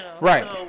Right